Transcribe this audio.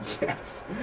Yes